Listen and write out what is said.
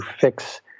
fix